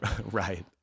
Right